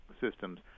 systems